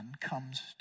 comes